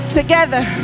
together